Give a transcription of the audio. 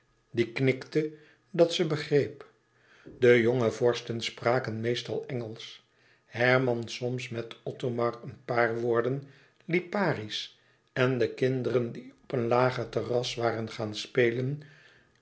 die knikte dat ze begreep de jongere vorsten spraken meestal engelsch herman soms met othomar een paar woorden liparisch en de kinderen die op een lager terras waren gaan spelen